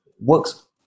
works